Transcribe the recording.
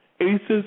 Aces